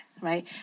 right